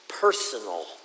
personal